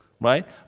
right